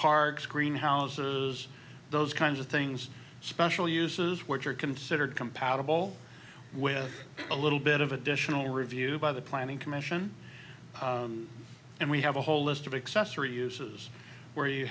parks greenhouses those kinds of things special uses which are considered compatible with a little bit of additional review by the planning commission and we have a whole list of accessory uses where you